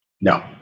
No